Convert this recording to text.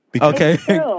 okay